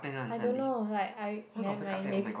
I don't know like I never mind maybe